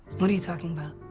what are you talking about?